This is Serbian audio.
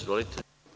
Izvolite.